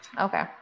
Okay